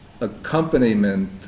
accompaniment